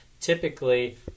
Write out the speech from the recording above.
typically